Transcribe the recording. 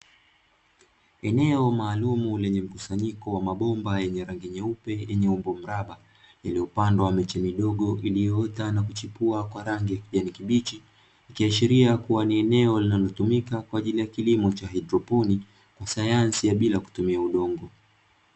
Eneo maalumu lenye mkusanyiko wa mabomba yenye rangi nyeupe yenye umbo mraba iliyopandwa miche midogo iliyoota na kuchipua kwa rangi ya kijani kibichi. Ikiashiria kuwa ni eneo linalotumika kwa ajili ya kilimo haidroponi sayansi ya bila kutumia udongo.